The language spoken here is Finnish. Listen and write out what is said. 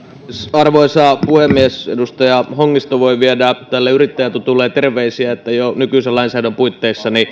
arvoisa puhemies edustaja hongisto voi viedä tälle yrittäjätutulleen terveisiä että jo nykyisen lainsäädännön puitteissa